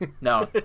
no